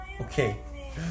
Okay